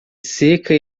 seca